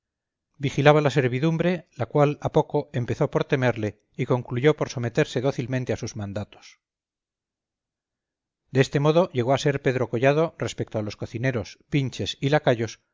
vigilaba la servidumbre la cual a poco empezó por temerle y concluyó por someterse dócilmente a sus mandatos de este modo llegó a ser pedro collado respecto a los cocineros pinches y lacayos